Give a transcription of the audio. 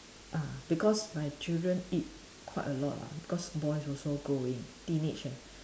ah because my children eat quite a lot lah because boys also growing teenage eh